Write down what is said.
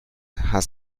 has